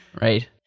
Right